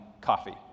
coffee